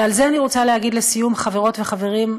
ועל זה אני רוצה להגיד, לסיום, חברות וחברים,